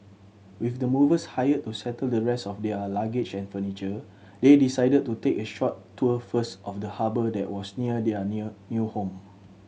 with the movers hired to settle the rest of their luggage and furniture they decided to take a short tour first of the harbour that was near their new new home